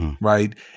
right